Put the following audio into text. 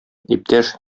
иптәш